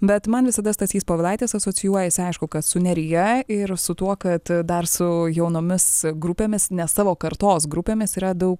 bet man visada stasys povilaitis asocijuojasi aišku kad su nerija ir su tuo kad dar su jaunomis grupėmis ne savo kartos grupėmis yra daug